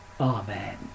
Amen